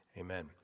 amen